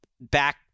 back